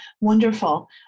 Wonderful